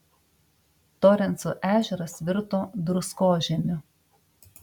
torenso ežeras virto druskožemiu